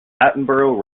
attenborough